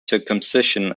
circumcision